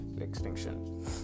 extinction